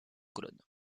colonnes